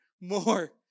more